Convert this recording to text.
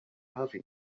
havis